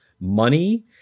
money